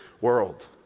world